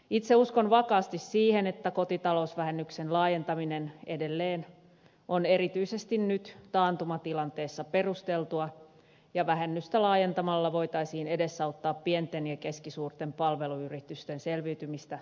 itse uskon vakaasti siihen että kotitalousvähennyksen laajentaminen edelleen on erityisesti nyt taantumatilanteessa perusteltua ja vähennystä laajentamalla voitaisiin edesauttaa pienten ja keskisuurten palveluyritysten selviytymistä taantumasta